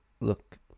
look